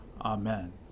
Amen